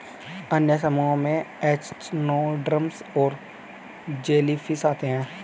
अन्य समूहों में एचिनोडर्म्स और जेलीफ़िश आते है